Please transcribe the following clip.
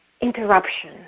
interruption